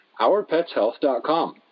OurPetsHealth.com